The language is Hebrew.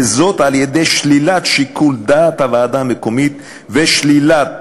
וזאת על-ידי שלילת שיקול דעת הוועדה המקומית ושלילת,